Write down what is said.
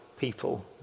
people